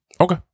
Okay